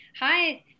Hi